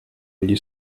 gli